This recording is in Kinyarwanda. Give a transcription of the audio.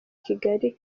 kigali